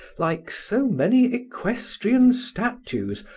like so many equestrian statues,